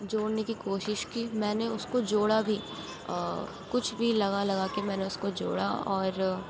جوڑنے کی کوشش کی میں نے اس کو جوڑا بھی کچھ بھی لگا لگا کے میں نے اس کو جوڑا اور